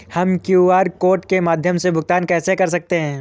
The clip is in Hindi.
हम क्यू.आर कोड के माध्यम से भुगतान कैसे कर सकते हैं?